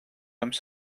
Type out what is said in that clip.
comme